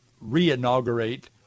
re-inaugurate